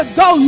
go